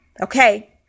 Okay